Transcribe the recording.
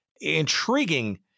intriguing